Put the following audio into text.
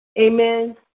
Amen